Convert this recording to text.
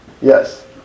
Yes